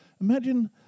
Imagine